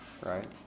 right